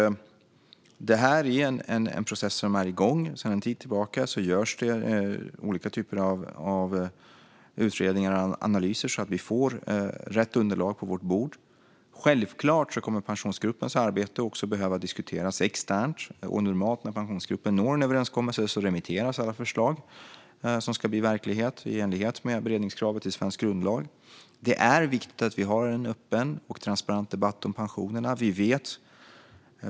Det här är en process som är igång. Sedan en tid tillbaka görs det olika typer av utredningar och analyser, så att vi får rätt underlag på vårt bord. Självklart kommer Pensionsgruppens arbete också att behöva diskuteras externt. Normalt när Pensionsgruppen når en överenskommelse remitteras alla förslag som ska bli verklighet, detta i enlighet med beredningskravet i svensk grundlag. Det är viktigt att vi har en öppen och transparent debatt om pensionerna.